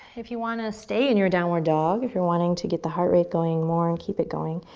if you wanna stay in your downward dog, if you're wanting to get the heart rate going more, and keep it going.